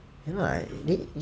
you know like